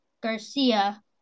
Garcia